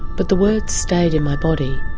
but the words stayed in my body.